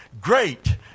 great